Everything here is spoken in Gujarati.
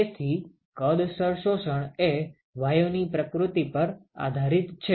તેથી કદસર શોષણ એ વાયુની પ્રકૃતિ પર આધારિત છે